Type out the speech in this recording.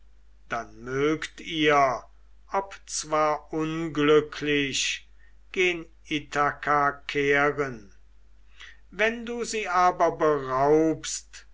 dann mögt ihr obzwar unglücklich gen ithaka kehren wenn du sie aber beraubst